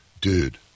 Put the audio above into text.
dude